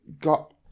Got